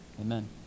Amen